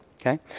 okay